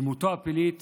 דמותו הפלאית